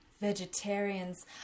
vegetarians